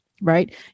right